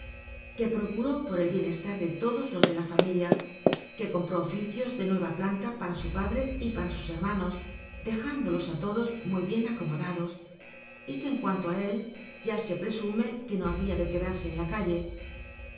que proeuní por el bienc lar de lodo lo de la ramilia cjuc conllll'ó oficios de lluci a phllllil para u padre r para sus hermanos dcjitndolos á lodo mu hitn acomodado y que en cuanlo ú él ya se presume que no habia de quedarse en la calle